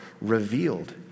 revealed